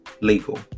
legal